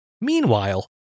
Meanwhile